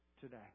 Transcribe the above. today